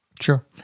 sure